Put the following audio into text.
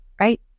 right